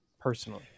personally